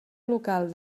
local